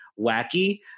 wacky